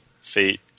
Fate